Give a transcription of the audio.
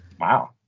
wow